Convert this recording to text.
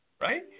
right